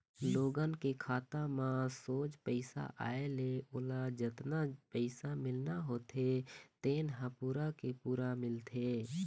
लोगन के खाता म सोझ पइसा आए ले ओला जतना पइसा मिलना होथे तेन ह पूरा के पूरा मिलथे